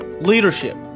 leadership